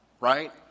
right